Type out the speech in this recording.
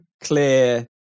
clear